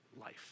life